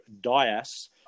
Dias